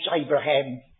Abraham